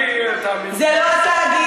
אני, תאמין לי, זה לא התאגיד,